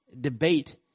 debate